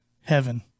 Heaven